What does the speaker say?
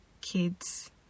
kids